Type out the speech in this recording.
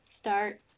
Start